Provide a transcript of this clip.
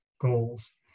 goals